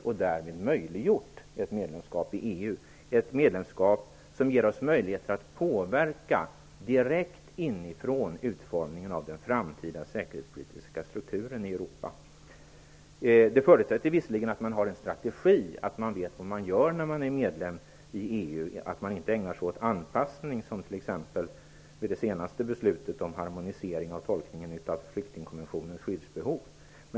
Detta har möjliggjort ett medlemskap i EU. Medlemskapet ger oss möjligheter att direkt inifrån påverka utformningen av den framtida säkerhetspolitiska strukturen i Europa. Detta förutsätter visserligen att man har en strategi; att man vet vad man gör när man är medlem i EU och inte ägnar sig åt anpassning, som t.ex. vid det senaste beslutet om harmonisering av Flyktingkommissionens tolkning av skyddsbehov.